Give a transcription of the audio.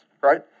right